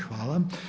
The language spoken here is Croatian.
Hvala.